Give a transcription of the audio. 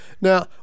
Now